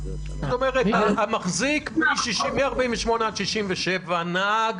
זאת אומרת, מ-1948 עד 1967 המחזיק נהג